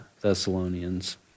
Thessalonians